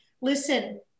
listen